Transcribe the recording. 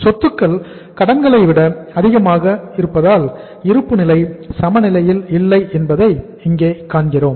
சொத்துக்கள் கடன்களை விட அதிகமாக இருப்பதால் இருப்புநிலை சமநிலையில் இல்லை என்பதை இங்கே காண்கிறோம்